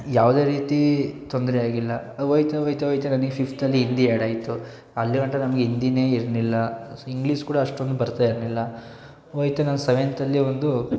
ಯಾವುದೇ ರೀತೀ ತೊಂದರೆ ಆಗಿಲ್ಲ ಹೋಗ್ತಾ ಹೋಗ್ತಾ ಹೋಗ್ತಾ ನನಗೆ ಫಿಫ್ತಲ್ಲಿ ಹಿಂದಿ ಆ್ಯಡ್ ಆಯಿತು ಅಲ್ಲಿ ಗಂಟ ನಮಗೆ ಹಿಂದಿನೇ ಇರಲಿಲ್ಲ ಸೊ ಇಂಗ್ಲೀಸ್ ಕೂಡ ಅಷ್ಟೊಂದು ಬರ್ತಾಯಿರಲಿಲ್ಲ ಹೋಗ್ತಾ ನಾನು ಸೆವೆಂತಲ್ಲಿ ಒಂದು